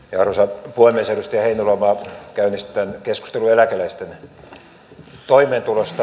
edustaja heinäluoma käynnisti tämän keskustelun eläkeläisten toimeentulosta